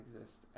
exist